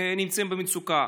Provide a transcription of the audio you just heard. נמצאים במצוקה.